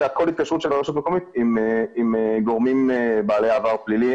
אלא כל התקשרות של רשות מקומית עם גורמים בעלי עבר פלילי,